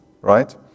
right